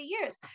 years